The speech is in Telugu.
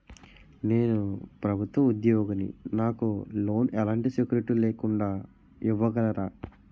నేను ప్రభుత్వ ఉద్యోగిని, నాకు లోన్ ఎలాంటి సెక్యూరిటీ లేకుండా ఇవ్వగలరా?